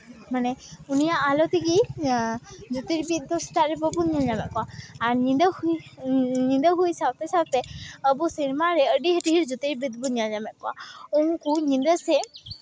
ᱢᱟᱱᱮ ᱩᱱᱤᱭᱟᱜ ᱟᱞᱚ ᱛᱮᱜᱮ ᱡᱳᱛᱤᱨᱵᱤᱫ ᱫᱚ ᱥᱮᱛᱟᱜ ᱨᱮ ᱵᱟᱵᱚᱱ ᱧᱮᱞ ᱧᱟᱢᱮᱫ ᱠᱚᱣᱟ ᱟᱨ ᱧᱤᱫᱟᱹ ᱦᱩᱭ ᱧᱤᱫᱟᱹ ᱦᱩᱭ ᱥᱟᱶᱛᱮ ᱥᱟᱶᱛᱮ ᱟᱵᱚ ᱥᱮᱨᱢᱟᱨᱮ ᱟᱹᱰᱤ ᱰᱷᱮᱨ ᱡᱳᱛᱤᱨᱵᱤᱫ ᱵᱚᱱ ᱧᱮᱞ ᱧᱟᱢᱮᱫ ᱠᱚᱣᱟ ᱩᱱᱠᱩ ᱧᱤᱫᱟᱹ ᱥᱮᱫ